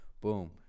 boom